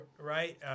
right